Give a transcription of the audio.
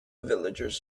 villagers